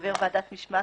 חבר ועדת משמעת